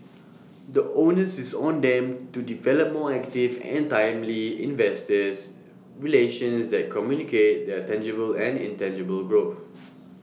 the onus is on them to develop more active and timely investors relations that communicate their tangible and intangible growth